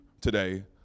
today